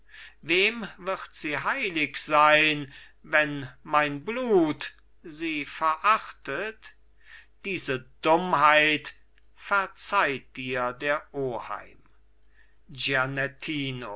wem wird sie heilig sein wenn mein blut sie verachtet diese dummheit verzeiht dir der oheim